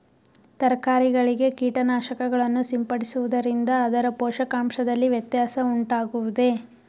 ತರಕಾರಿಗಳಿಗೆ ಕೀಟನಾಶಕಗಳನ್ನು ಸಿಂಪಡಿಸುವುದರಿಂದ ಅದರ ಪೋಷಕಾಂಶದಲ್ಲಿ ವ್ಯತ್ಯಾಸ ಉಂಟಾಗುವುದೇ?